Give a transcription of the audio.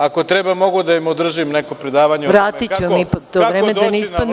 Ako treba, mogu da im održim neko predavanje kako doći na vlast.